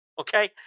okay